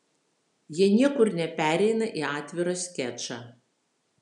jie niekur nepereina į atvirą skečą